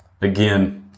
again